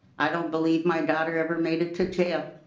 i don't believe my daughter ever made it to jail.